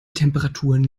temperaturen